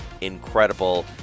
incredible